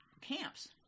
camps